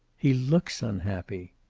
he looks unhappy.